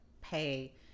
pay